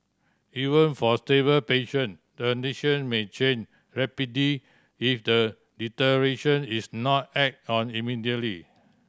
even for stable patient their condition may change rapidly if the deterioration is not act on immediately